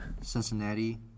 Cincinnati